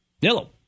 Yellow